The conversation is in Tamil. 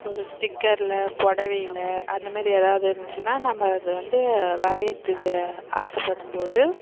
ஒரு ஸ்டிக்கரில் புடவையில அந்தமாதிரி எதாவது இருந்துச்சுன்னா நம்ம அது வந்து வரையறதுக்கு ஆசைப்படும் போது